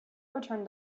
returned